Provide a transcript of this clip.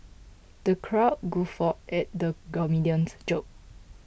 the crowd guffawed at the comedian's joke